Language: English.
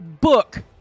book